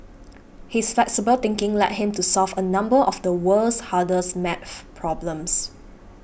his flexible thinking led him to solve a number of the world's hardest maths problems